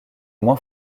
moins